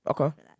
Okay